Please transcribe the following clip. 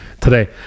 today